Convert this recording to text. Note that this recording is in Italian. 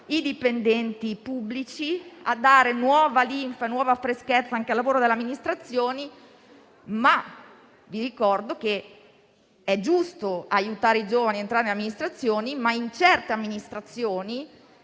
i dipendenti pubblici, dando nuova linfa e freschezza anche al lavoro delle amministrazioni. Vi ricordo però che è giusto aiutare i giovani ad entrare nelle amministrazioni, ma in certe amministrazioni,